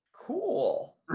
cool